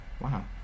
Wow